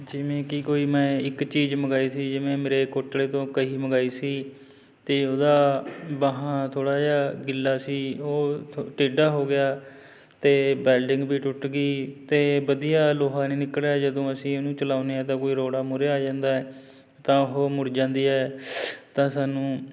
ਜਿਵੇਂ ਕਿ ਕੋਈ ਮੈਂ ਇੱਕ ਚੀਜ਼ ਮੰਗਵਾਈ ਸੀ ਜਿਵੇਂ ਮਲੇਰਕੋਟਲੇ ਤੋਂ ਕਹੀ ਮੰਗਵਾਈ ਸੀ ਅਤੇ ਉਹਦਾ ਬਾਹਾ ਥੋੜ੍ਹਾ ਜਿਹਾ ਗਿੱਲਾ ਸੀ ਉਹ ਥੋ ਟੇਢਾ ਹੋ ਗਿਆ ਅਤੇ ਬੈਲਡਿੰਗ ਵੀ ਟੁੱਟ ਗਈ ਅਤੇ ਵਧੀਆ ਲੋਹਾ ਨਹੀਂ ਨਿਕਲਿਆ ਜਦੋਂ ਅਸੀਂ ਉਹਨੂੰ ਚਲਾਉਂਦੇ ਹਾਂ ਤਾਂ ਕੋਈ ਰੋੜਾ ਮੂਹਰੇ ਆ ਜਾਂਦਾ ਹੈ ਤਾਂ ਉਹ ਮੁੜ ਜਾਂਦੀ ਹੈ ਤਾਂ ਸਾਨੂੰ